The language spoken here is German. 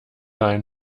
ein